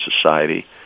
Society